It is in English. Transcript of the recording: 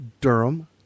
Durham